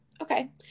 okay